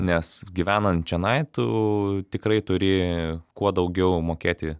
nes gyvenant čionai tu tikrai turi kuo daugiau mokėti